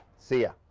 see, ya.